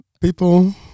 people